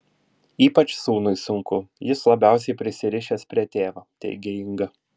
ypač sūnui sunku jis labiausiai prisirišęs prie tėvo teigė inga